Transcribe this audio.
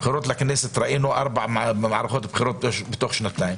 בבחירות לכנסת ראינו ארבע מערכות בחירות בתוך שנתיים,